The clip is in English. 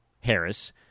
Harris